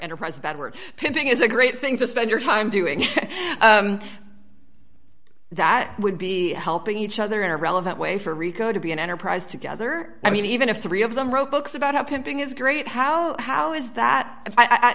enterprise that we're pimping is a great thing to spend your time doing that would be helping each other in a relevant way for rico to be an enterprise together i mean even if three of them wrote books about how pimping is great how how is that i